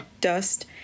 dust